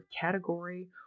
category